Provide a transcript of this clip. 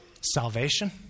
salvation